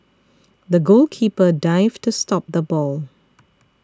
the goalkeeper dived to stop the ball